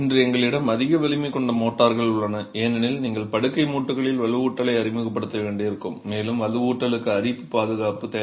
இன்று எங்களிடம் அதிக வலிமை கொண்ட மோர்ட்டார்கள் உள்ளன ஏனெனில் நீங்கள் படுக்கை மூட்டுகளில் வலுவூட்டலை அறிமுகப்படுத்த வேண்டியிருக்கும் மேலும் வலுவூட்டலுக்கு அரிப்பு பாதுகாப்பு தேவை